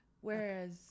Whereas